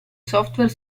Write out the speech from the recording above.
software